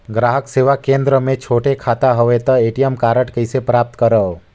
ग्राहक सेवा केंद्र मे छोटे खाता हवय त ए.टी.एम कारड कइसे प्राप्त करव?